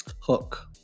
Hook